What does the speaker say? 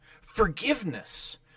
forgiveness